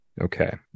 Okay